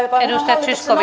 joka on